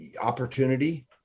opportunity